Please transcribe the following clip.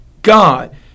God